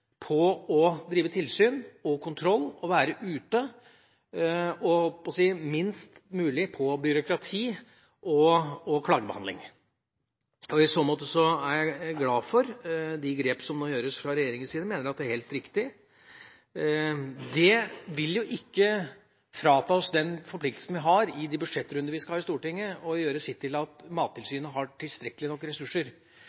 på å drive tilsyn og kontroll og være ute, og minst mulig på byråkrati og klagebehandling. I så måte er jeg glad for de grep som nå gjøres fra regjeringas side, jeg mener at det er helt riktig. Det vil jo ikke frata oss den forpliktelsen vi har i de budsjettrundene vi skal ha i Stortinget, til å gjøre vårt til at